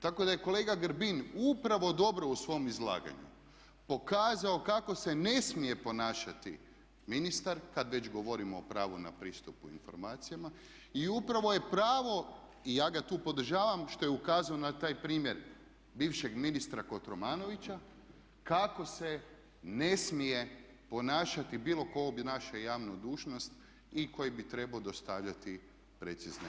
Tako da je kolega Grbin upravo dobro u svom izlaganju pokazao kako se ne smije ponašati ministar, kad već govorimo o pravu na pristup informacijama, i upravo je pravo i ja ga tu podržavam što je ukazao na taj primjer bivšeg ministra Kotromanovića kako se ne smije ponašati bilo ko tko obnaša javnu dužnost i koji bi trebao dostavljati precizne podatke.